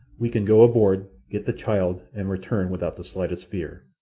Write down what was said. we can go aboard, get the child, and return without the slightest fear.